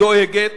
דואגת